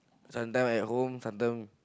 sometime at home sometime